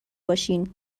باشین